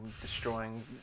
destroying